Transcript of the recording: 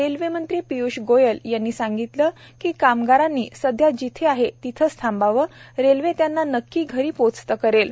railway मंत्री पिय्ष गोयल यांनी सांगितलं की कामगारांनी सध्या ते जिथं आहेत तिथंच थांबावं रेल्वे त्यांना नक्की घरी पोचतं करेल